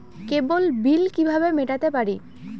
কেবল bill কিভাবে মেটাতে পারি?